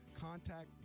contact